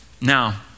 Now